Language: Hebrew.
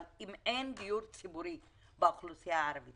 אבל אם אין דיור ציבורי באוכלוסייה הערבית